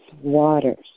waters